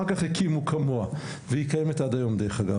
אחר כך הקימו כמוה, והיא קיימת עד היום, דרך אגב.